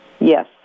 Yes